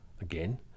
again